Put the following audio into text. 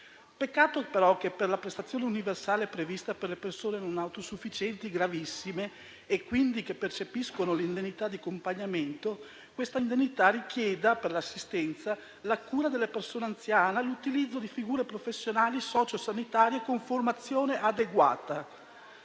Peccato, però, che per la prestazione universale prevista per le persone non autosufficienti gravissime e che quindi percepiscono l'indennità di accompagnamento, questa indennità richieda, per l'assistenza e la cura della persona anziana, l'utilizzo di figure professionali sociosanitarie con formazione adeguata: